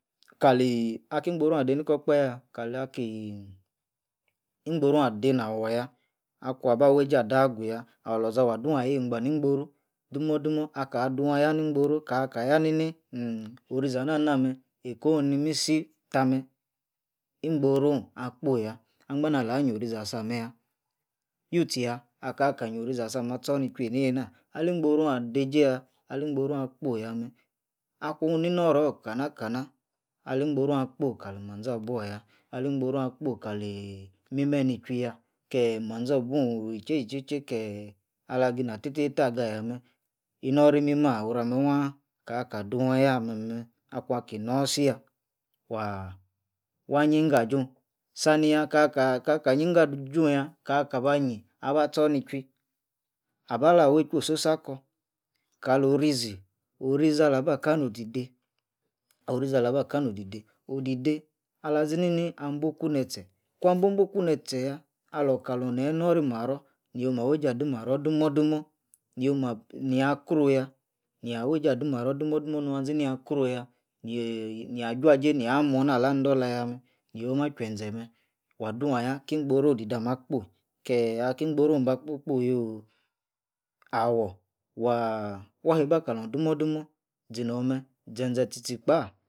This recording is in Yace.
Kali-aki-ingborone adei nikor-okpahe, yah, kala-kiii ingborone adei na wor-yah, akuan baweji adah agu-yah, aworlaza wah dun- ayah ni-ingboru aka yah-nini utimmm, orizi-ah-nah-nah meh, eikone imimisi, tah-meh, ingborone akpoi-yah, angban-nah-meh, ingborone akpoi-yah, angban-nah-lah nyiorizi asameh-yah, youtchi-yah aka-kahnnyiorizi asameh ah-tchor nichwuii eineina, ali ingborone adeijei ali ingborone akpli-yah meh, akun ninioror-kana-kana, ali ingborone akpoi kaliiii mimeh nichwui- yah, keeeh manzabwun e-jei-ji-ji-jei-jei keeh ala kina tei tei adga-yah-meh, inoror imimah? orameh wah, kaka duan- ayah ah meh-meh, akuan-kinosi-yah, wah-wah-inyi-go ajun, sani tah kakah-kakah-yingon ajun-yah kakaba nui, aba- tchor ni-chwuii, abala wei-chwu ososan akor kalor orizi, orizi alaba kano'h di-dei, orizi alaba kah no'oh di-dei, odi- dei alazinini anbwoku ne-tse, kuan-bwor-bwor-ku neh tse yah alor kalor nie-nori marror, yomah weijei adi marror dumor- dumor, yomah. nia kroh yah, nia weijei adi marror dumor-dumor nuanzi nia kroh-yah, yeeih nia juajei nia morna ala ni-indolah yah meh, yoh mah juazen meh wah-dun ah-yah ki-ingboru odi-dei ah-meh akpoi, keh aki ingborone bah kpoi-kpoi yoh awoor wah, wah! heiba kalorn dumor-kumor zinor-meh zen-zen tchi-tchi kpaaah